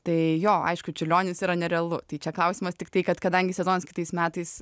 tai jo aišku čiurlionis yra nerealu tai čia klausimas tiktai kad kadangi sezonas kitais metais